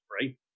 right